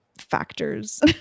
factors